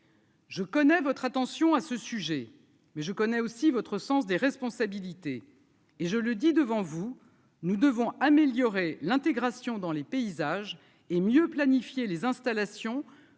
Je connais votre attention à ce sujet, mais je connais aussi votre sens des responsabilités et je le dis devant vous, nous devons améliorer l'intégration dans les paysages et mieux planifier les installations